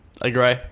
Agree